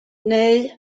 neu